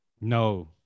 no